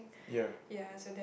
ya